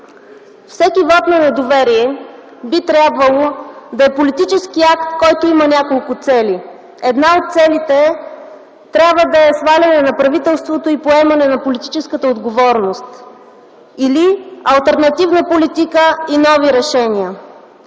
Всеки вот на недоверие би трябвало да е политически акт, който има няколко цели. Една от целите трябва да е сваляне на правителството и поемане на политическата отговорност, или алтернативна политика и нови решения.